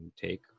take